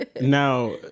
Now